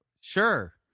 Sure